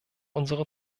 unsere